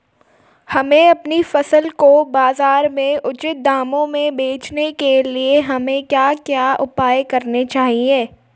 हमें अपनी फसल को बाज़ार में उचित दामों में बेचने के लिए हमें क्या क्या उपाय करने चाहिए?